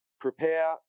Prepare